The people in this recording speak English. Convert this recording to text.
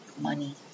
money